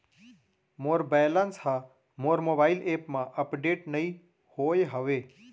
मोर balance हा मोर mobile app मा अपडेट नहीं होय हवे